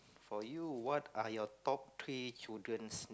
for you what are your top three childrens